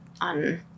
on